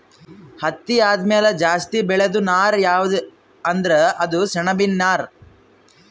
ಹತ್ತಿ ಆದಮ್ಯಾಲ ಜಾಸ್ತಿ ಬೆಳೇದು ನಾರ್ ಯಾವ್ದ್ ಅಂದ್ರ ಅದು ಸೆಣಬಿನ್ ನಾರ್